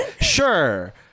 Sure